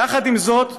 יחד עם זאת,